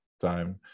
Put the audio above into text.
time